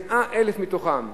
100,000 מתוכם,